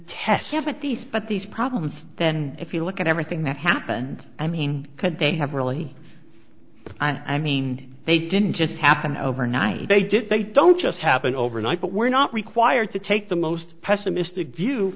test have a thief but these problems then if you look at everything that happened i mean could they have really i mean they didn't just happen overnight they did they don't just happen overnight but we're not required to take the most pessimistic view